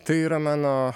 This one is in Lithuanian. tai yra mano